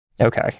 Okay